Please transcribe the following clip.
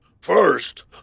first